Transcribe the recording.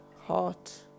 heart